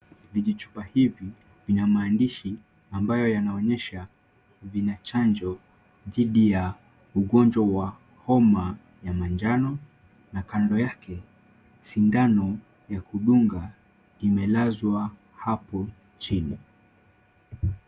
Vijichupa hivi vina maandishi ambayo yanaonyesha vina chanjo dhidi ya ugonjwa wa homa ya manjano, na kando yake sindano ya kudunga imelazwa hapo chini.